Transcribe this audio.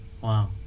Wow